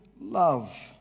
love